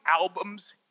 albums